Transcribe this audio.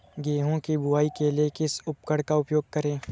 गेहूँ की बुवाई के लिए किस उपकरण का उपयोग करें?